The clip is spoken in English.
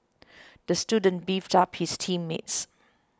the student beefed about his team mates